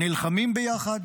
נלחמים ביחד,